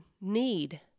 need